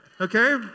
Okay